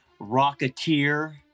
Rocketeer